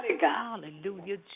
Hallelujah